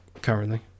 currently